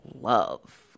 Love